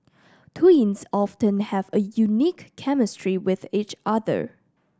twins often have a unique chemistry with each other